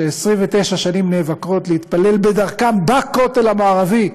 ש-29 שנים נאבקות להתפלל בדרכן בכותל המערבי,